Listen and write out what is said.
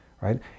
right